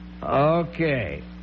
Okay